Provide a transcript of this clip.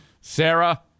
Sarah